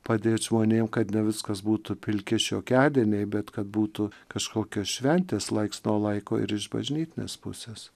padėt žmonėm kad ne viskas būtų pilki šiokiadieniai bet kad būtų kažkokios šventės laiks nuo laiko ir iš bažnytinės pusės